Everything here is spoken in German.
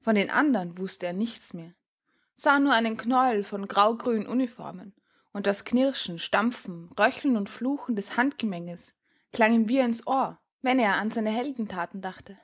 von den andern wußte er nichts mehr sah nur einen knäuel von graugrünen uniformen und das knirschen stampfen röcheln und fluchen des handgemenges klang ihm wirr ins ohr wenn er an seine heldentaten dachte